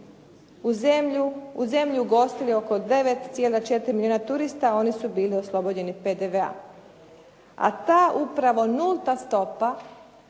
u zemlju ugostili oko 9,4 milijuna turista, oni su bili oslobođeni PDV-a. A ta upravo nulta stopa